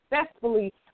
successfully